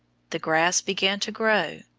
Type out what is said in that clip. the grass began to grow.